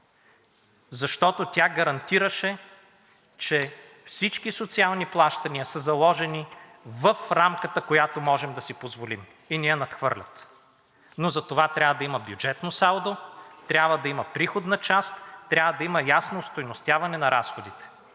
Защото тя гарантираше, че всички социални плащания са заложени в рамката, която може да си позволим, и не я надхвърлят, но затова трябва да има бюджетно салдо, трябва да има приходна част, трябва да има ясно остойностяване на разходите.